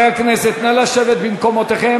חברי הכנסת, נא לשבת במקומותיכם.